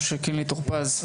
משה קינלי טור פז.